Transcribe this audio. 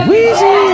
Weezy